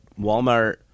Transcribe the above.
Walmart